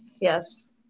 Yes